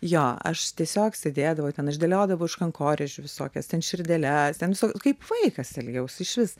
jo aš tiesiog sėdėdavau ten aš dėliodavau iš kankorėžių visokias ten širdeles ten visok kaip vaikas elgiaus išvis